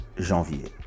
Janvier